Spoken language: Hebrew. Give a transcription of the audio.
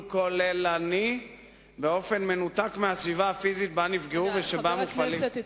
כוללני במנותק מהסביבה הפיזית שבה נפגעו ובה מופעלים,